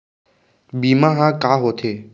बीमा ह का होथे?